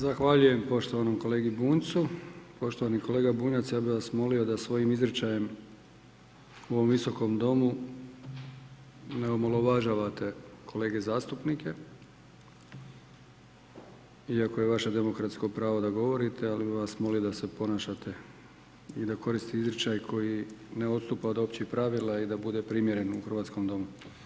Zahvaljujem poštovanom kolegi Bunjcu, poštovani kolega Bunjac, ja bi vas molio da svojim izričajem u ovom Visokom domu ne omalovažavate kolege zastupnike iako je vaše demokratsko pravo da govorite, ali bih vas molio da se ponašate i da koristite izričaj koji ne odstupa od općih pravila i da bude primjeren u hrvatskom domu.